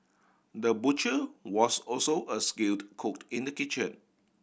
the butcher was also a skilled cooked in the kitchen